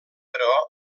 però